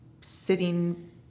sitting